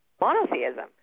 monotheism